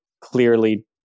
clearly